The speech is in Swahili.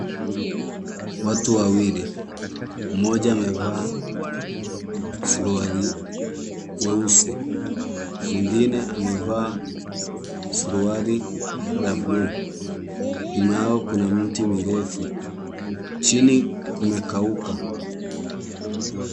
Watu wawili mmoja amevaa suruali nyeusi mwingine amevaa suruali la bluu. Nyuma yao kuna miti mirefu. Chini kumekauka.